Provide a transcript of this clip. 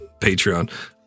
Patreon